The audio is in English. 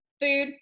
food